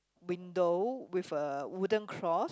window with a wooden cross